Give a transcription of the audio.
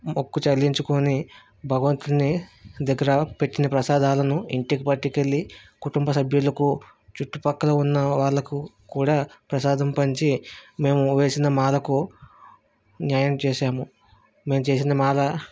మొక్కు చెల్లించుకొని భగవంతుని దగ్గర పెట్టిన ప్రసాదాలను ఇంటికి పట్టుకు వెళ్ళి కుటుంబసభ్యులకు చుట్టుపక్కల ఉన్న వాళ్ళకు కూడా ప్రసాదం పంచి మేము వేసిన మాలకు న్యాయం చేశాము మేము చేసిన మాలా